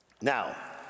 Now